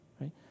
right